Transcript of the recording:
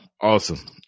Awesome